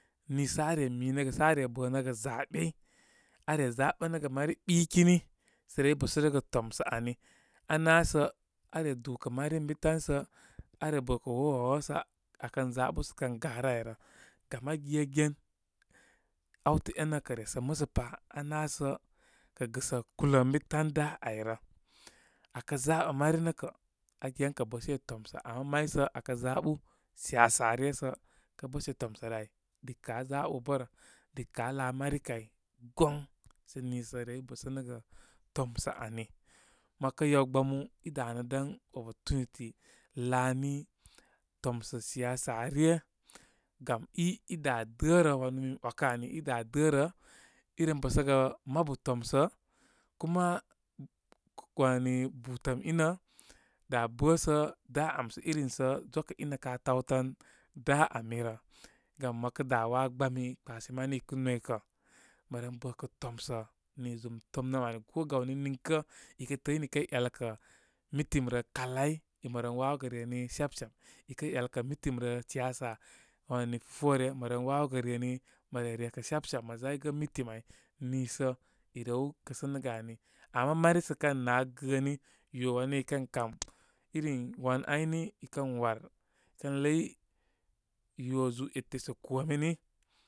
Niisə are minəgə bənəgə zaɓey. Are zaɓənəgə mari ɓikini sə re ésərəgə tomsə ani. Aná sə, are dúkə mari ən bi tansə, are bə kə wó wó wó sə akən zaɓu sə kən garə áyrə. Gam agegen, áwtə énə kə resə musə pa aná sə kə gɨsə kulə ən bi tan dá áyrə. Akə zaɓə mari nə kə aa ge ən kə bəse tomsə. Ama may sə akə zaɓu siyasa ryə sə kə bəse tomsə rə áy, dika aa zaɓu bərə. Dika aa laa mani kay goŋ sə niisə re é bəsəgə tomsə ani. Mə ‘wakə yaw gbamu, i danədan opportunity laani tomsə siyasa ryə. Gam i, i dá də rə. Wanu mi mi ‘wakə ani. Idá dərə i ren ɓəsəgə mabu tomsə. Kuma ko, wani butəm inə dá bəsə dá ám sə irim sə zwakə inə ká tawtan, dá ami rə. Gam mə kə dá waa gbami kpashe mane ikə noykə. Mə mə ren bəkə tomsə nii zum tomnəm ani. Ko gawni, niŋkə ikə təə inəkəy afalə kə meeting rə, kalai nlə ren wawogə reni chapchap. Ikə ‘yalkə meeting rə, siyasa wani fufore, mə ren wawogə reni. Mə rerekə, chap chap mə zaygə meeting áy niisə irew kəsəgə ani. Ama mari sə kən ná gəəni ywo wane ikən kam irin wan aynihi ikən war i kən ləy, ywo zúú ete sa kome ni.